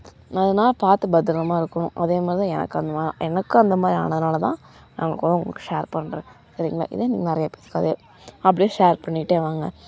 ஏதனா பார்த்து பத்திரமா இருக்கணும் அதேமாதிரிதான் எனக்கு அந்தமாதிரி எனக்கும் அந்தமாதிரி ஆனதினாலதான் அவ்வளோ தூரம் உங்களுக்கு ஷேர் பண்ணுறேன் சரிங்களா இதே நீங்கள் நிறைய பேர்த்துக்கு அதே அப்படியே ஷேர் பண்ணிகிட்டே வாங்க